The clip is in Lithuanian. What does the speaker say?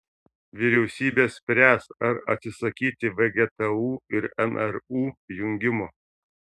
vyriausybė spręs ar atsisakyti vgtu ir mru jungimo